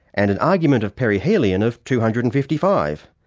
and an argument of perihelion of two hundred and fifty five.